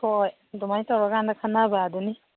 ꯍꯣꯏ ꯑꯗꯨꯃꯥꯏ ꯇꯧꯔ ꯀꯥꯟꯗ ꯈꯟꯅꯕꯗꯨꯅꯤ